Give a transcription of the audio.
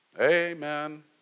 Amen